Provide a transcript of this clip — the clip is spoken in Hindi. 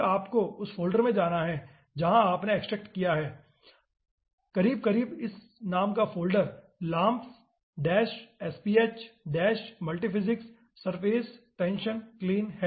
फिर आपको उस फोल्डर में जाना है जहां आपने एक्सट्रेक्ट किया है कमोबेश इस नाम का folder laamps sph multiphase surface tension clean है ठीक है